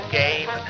game